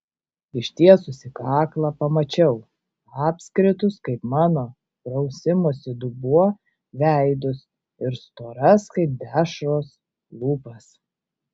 ištiesusi kaklą pamačiau apskritus kaip mano prausimosi dubuo veidus ir storas kaip dešros lūpas